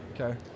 Okay